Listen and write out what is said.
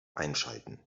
einschalten